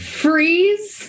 freeze